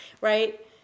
right